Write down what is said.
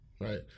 right